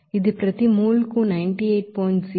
కాబట్టి ఇది ప్రతి మోల్ కు 98